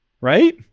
right